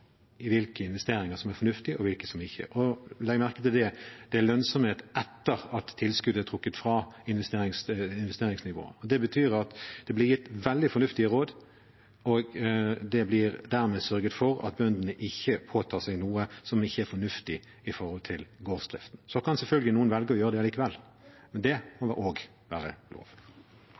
hvilke investeringer som er fornuftige, og hvilke som ikke er det. Legg merke til det: Det er lønnsomhet etter at tilskudd er trukket fra investeringsnivået. Det betyr at det blir gitt veldig fornuftige råd, og det blir dermed sørget for at bøndene ikke påtar seg noe som ikke er fornuftig når det gjelder gårdsdriften. Så kan selvfølgelig noen velge å gjøre det allikevel. Det må også være lov.